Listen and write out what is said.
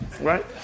right